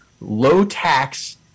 low-tax